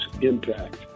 impact